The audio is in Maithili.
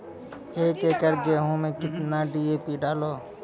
एक एकरऽ गेहूँ मैं कितना डी.ए.पी डालो?